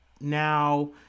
Now